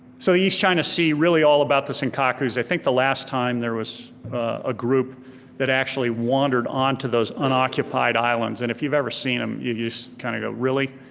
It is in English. so east china sea, really all about the senkakus. i think the last time there was a group that actually wandered onto those unoccupied islands, and if you've ever seen them, you just kinda go, really?